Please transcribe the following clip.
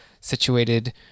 situated